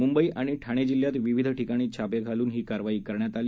मुंबई आणि ठाणे जिल्ह्यात विविध ठिकाणी छापे घालून ही कारवाई करण्यात आली